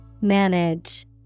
Manage